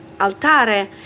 Altare